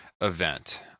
event